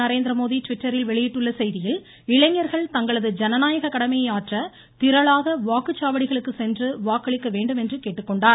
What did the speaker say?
நரேந்திரமோடி ட்விட்டரில் வெளியிட்டுள்ள செய்தியில் இளைஞர்கள் தங்களது ஜனநாயக கடமையை ஆற்ற திரளாக வாக்குச்சாவடிகளுக்கு சென்று வாக்களிக்க வேண்டும் என்று கேட்டுக்கொண்டார்